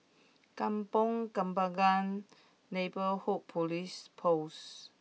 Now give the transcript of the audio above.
Kampong Kembangan Neighbourhood Police Post